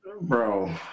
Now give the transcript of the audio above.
Bro